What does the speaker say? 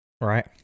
right